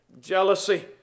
jealousy